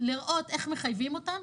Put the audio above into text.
לראות איך מחייבים אותם,